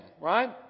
right